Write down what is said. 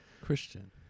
Christian